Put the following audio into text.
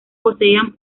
poseían